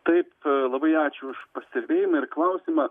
taip labai ačiū už pastebėjimą ir klausimą